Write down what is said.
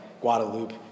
Guadalupe